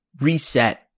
reset